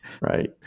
right